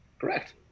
correct